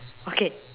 okay